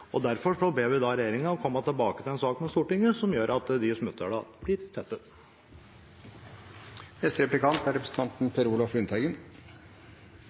og derfor ber vi regjeringen om å komme tilbake med en sak til Stortinget som gjør at de smutthullene blir